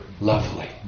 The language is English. lovely